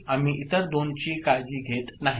आम्ही इतर दोन ची काळजी घेत नाहीत